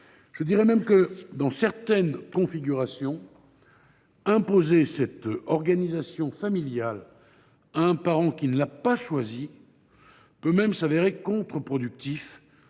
Je dirais même que, dans certaines configurations, imposer cette organisation familiale à un parent qui ne l’a pas choisie peut s’avérer contre productif,